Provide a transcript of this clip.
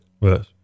Yes